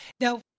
Now